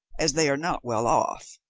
as they are not well off.